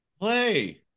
play